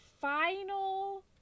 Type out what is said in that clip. final